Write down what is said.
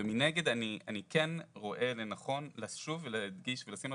ומנגד אני כן רואה לנכון לשוב ולהדגיש ולשים על